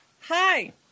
Hi